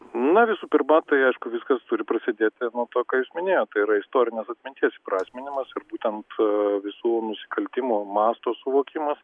na visų pirma tai aišku viskas turi prasidėti nuo to ką jūs minėjot tai yra istorinės atminties įprasminimas ir būtent visų nusikaltimų masto suvokimas